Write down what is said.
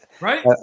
Right